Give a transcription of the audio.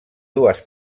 dues